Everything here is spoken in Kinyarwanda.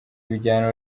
bijyana